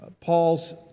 Paul's